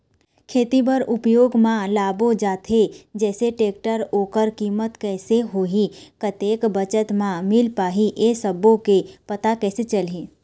खेती बर उपयोग मा लाबो जाथे जैसे टेक्टर ओकर कीमत कैसे होही कतेक बचत मा मिल पाही ये सब्बो के पता कैसे चलही?